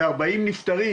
ו-40 נפטרים,